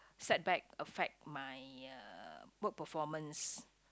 set back affect my uh work performance